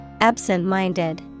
Absent-minded